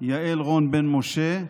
יעל רון בן משה.